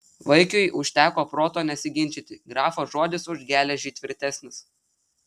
vaikiui užteko proto nesiginčyti grafo žodis už geležį tvirtesnis